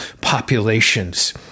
populations